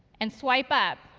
and swipe up,